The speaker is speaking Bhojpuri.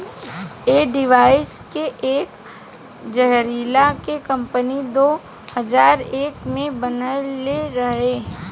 ऐ डिवाइस के एक इजराइल के कम्पनी दो हजार एक में बनाइले रहे